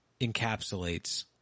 encapsulates